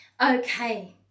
Okay